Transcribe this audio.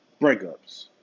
Breakups